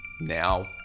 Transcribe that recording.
now